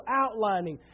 outlining